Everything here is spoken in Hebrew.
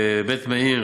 בבית-מאיר,